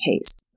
case